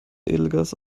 edelgas